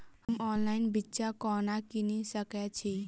हम ऑनलाइन बिच्चा कोना किनि सके छी?